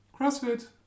CrossFit